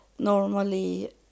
normally